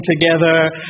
together